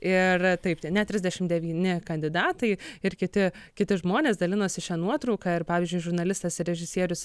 ir taip ten net trisdešim devyni kandidatai ir kiti kiti žmonės dalinosi šia nuotrauka ir pavyzdžiui žurnalistas ir režisierius